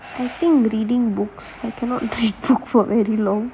I think reading books I cannot read books